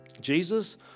Jesus